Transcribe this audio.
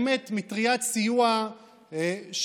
באמת מטריית סיוע שמכסה